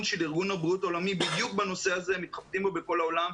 של ארגון הבריאות העולמי כאשר בדיוק בנושא הזה מתחבטים בכל העולם.